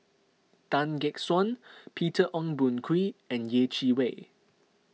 Tan Gek Suan Peter Ong Boon Kwee and Yeh Chi Wei